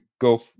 go